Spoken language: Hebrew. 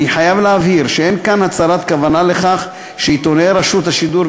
אני חייב להבהיר שאין כאן הצהרת כוונה לכך שעיתונאי רשות השידור,